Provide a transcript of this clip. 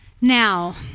Now